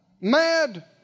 mad